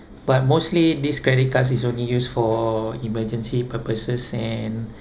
but mostly these credit cards is only used for emergency purposes and